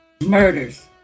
murders